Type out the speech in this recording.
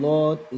Lord